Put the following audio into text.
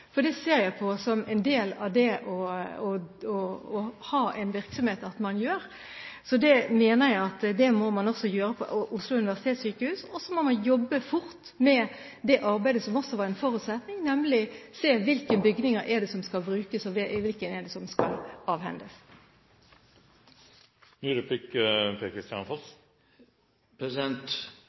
for det ser jeg på som en del av det å ha en virksomhet at man utfører. Det mener jeg at man også må gjøre når det gjelder Oslo universitetssykehus, og så må man jobbe fort med det arbeidet som også var en forutsetning, nemlig se på hvilke bygninger det er som skal brukes, og hvilke det er som skal